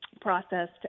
processed